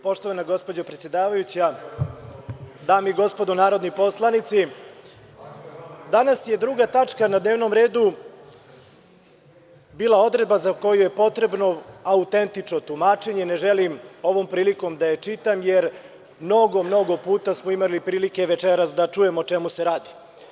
Poštovana gospođo predsedavajuća, dame i gospodo narodni poslanici, danas je druga tačka na dnevnom redu bila odredba za koju je potrebno autentično tumačenje, ne želim ovom prilikom da je čitam, jer mnogo, mnogo puta smo imali prilike večeras da čujemo o čemu se radi.